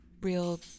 real